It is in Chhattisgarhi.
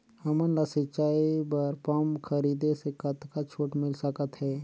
हमन ला सिंचाई बर पंप खरीदे से कतका छूट मिल सकत हे?